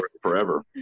forever